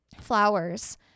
Flowers